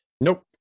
nope